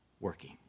working